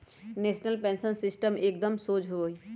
national pension system एकदम शोझ हइ